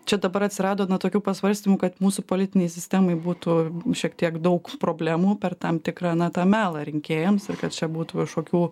čia dabar atsirado na tokių pasvarstymų kad mūsų politinei sistemai būtų šiek tiek daug problemų per tam tikrą na tą melą rinkėjams ir kad čia būtų kažkokių